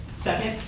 second.